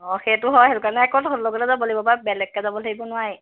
অঁ সেইটো হয় সেইটো কাৰণে ক'লো দেখোন ল'গে ল'গে বাৰু বেলেগকে যাব লাগিব নোৱাৰি